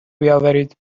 بیاورید